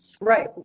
Right